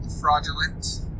fraudulent